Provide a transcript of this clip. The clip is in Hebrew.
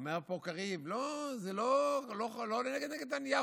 אומר פה קריב: לא, זה לא נגד נתניהו.